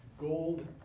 Gold